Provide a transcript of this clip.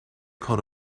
coat